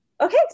Okay